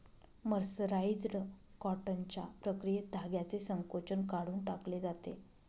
mercerised कॉटनच्या प्रक्रियेत धाग्याचे संकोचन काढून टाकले जाते